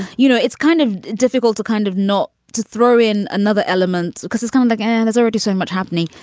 you know, it's kind of difficult to kind of not to throw in another element because it's coming again is already so much happening.